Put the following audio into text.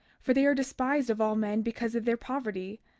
for they are despised of all men because of their poverty,